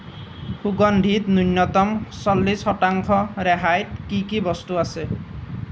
সুগন্ধিত ন্যূনতম চল্লিছ শতাংশ ৰেহাইত কি কি বস্তু আছে